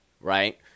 right